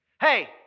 Hey